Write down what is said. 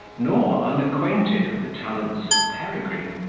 nor unacquainted with the talents of peregrine,